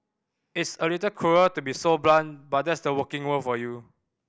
it's a little cruel to be so blunt but that's the working world for you